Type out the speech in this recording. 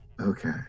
Okay